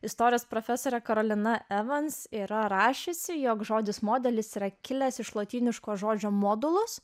istorijos profesorė karolina evansas yra rašiusi jog žodis modelis yra kilęs iš lotyniško žodžio modulus